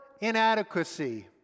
inadequacy